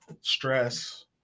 stress